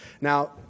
Now